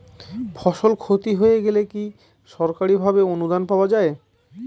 ফসল ক্ষতি হয়ে গেলে কি সরকারি ভাবে অনুদান পাওয়া য়ায়?